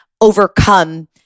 overcome